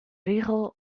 rigel